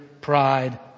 pride